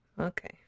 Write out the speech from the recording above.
Okay